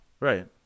Right